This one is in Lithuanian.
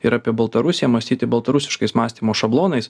ir apie baltarusiją mąstyti baltarusiškais mąstymo šablonais